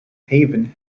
haven